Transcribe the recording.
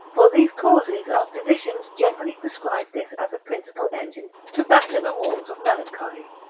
for these causes our physicians generally prescribe this as a principal engine to batter the walls of melancholy,